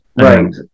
right